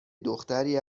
دختری